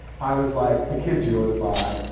i was like, the kid's yours, bye.